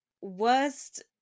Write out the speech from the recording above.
worst